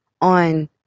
on